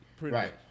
Right